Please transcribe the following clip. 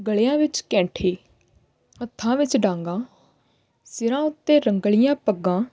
ਗਲਿਆਂ ਵਿੱਚ ਕੈਂਠੇ ਹੱਥਾਂ ਵਿੱਚ ਡਾਂਗਾ ਸਿਰਾਂ ਉੱਤੇ ਰੰਗਲੀਆਂ ਪੱਗਾਂ